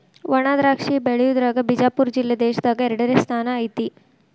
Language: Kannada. ವಣಾದ್ರಾಕ್ಷಿ ಬೆಳಿಯುದ್ರಾಗ ಬಿಜಾಪುರ ಜಿಲ್ಲೆ ದೇಶದಾಗ ಎರಡನೇ ಸ್ಥಾನ ಐತಿ